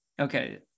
Okay